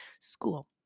School